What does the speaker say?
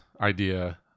idea